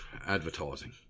Advertising